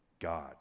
God